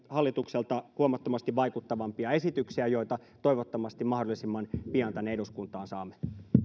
hallitukselta näitä huomattavasti vaikuttavampia esityksiä joita toivottavasti mahdollisimman pian tänne eduskuntaan saamme